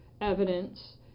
evidence